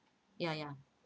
ya ya